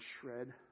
shred